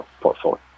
portfolio